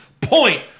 point